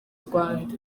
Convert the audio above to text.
rwanda